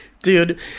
Dude